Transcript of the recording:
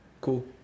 Cool